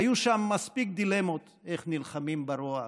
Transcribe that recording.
היו שם מספיק דילמות איך נלחמים ברוע ההוא.